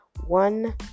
One